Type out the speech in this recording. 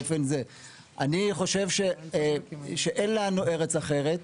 אני חושב שאין לנו ארץ אחרת.